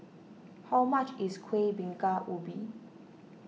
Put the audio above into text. how much is Kueh Bingka Ubi